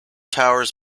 towers